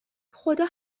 خدا